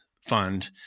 Fund